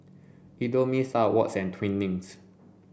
Indomie Star Awards and Twinings